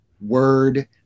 word